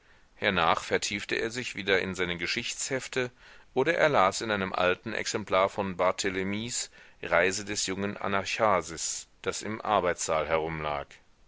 hernach vertiefte er sich wieder in seine geschichtshefte oder er las in einem alten exemplar von barthelemys reise des jungen anacharsis das im arbeitssaal herumlag